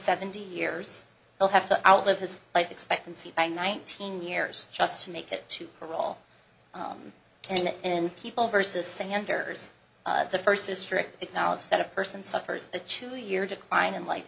seventy years they'll have to outlive his life expectancy by nineteen years just to make it to parole i'm ten and people versus sanders the first district acknowledges that a person suffers a chewie year decline in life